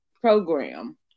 program